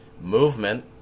Movement